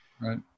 Right